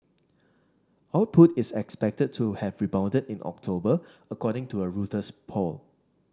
output is expected to have rebounded in October according to a Reuters poll